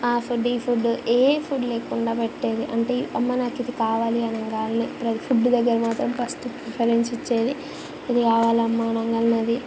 food ఈ food ఏ food లేకుండా వండిపెట్టేది అంటే అమ్మా నాకిది కావాలి రై ఫుడ్డు దగ్గర మాత్రం ఫస్ట్ ప్రిఫరెన్స్ ఇచ్చేది ఇది కావాలమ్మా అనంగానే అది